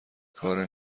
کار